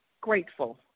grateful